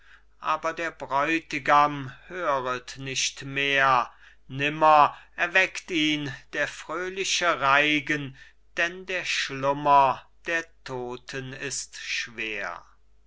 aber der bräutigam höret nicht mehr nimmer erweckt ihn der fröhliche reigen denn der schlummer der todten ist schwer